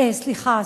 סליחה,